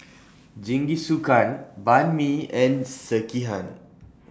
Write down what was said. Jingisukan Banh MI and Sekihan